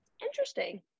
interesting